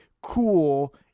cool